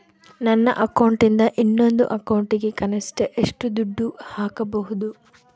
ನನ್ನ ಅಕೌಂಟಿಂದ ಇನ್ನೊಂದು ಅಕೌಂಟಿಗೆ ಕನಿಷ್ಟ ಎಷ್ಟು ದುಡ್ಡು ಹಾಕಬಹುದು?